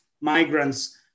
migrants